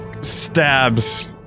stabs